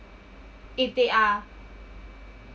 if they are